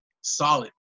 solid